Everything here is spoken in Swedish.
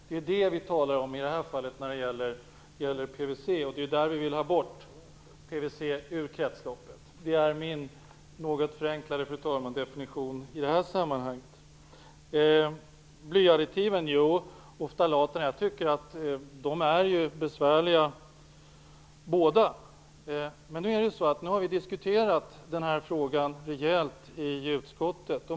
Det är detta vi talar om i det här fallet när det gäller PVC, och vi vill ha bort PVC från kretsloppet. Detta är min något förenklade definition i det här sammanhanget. Både blyadditiven och ftalaterna är besvärliga. Vi har nu diskuterat den här frågan rejält i utskottet.